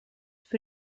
für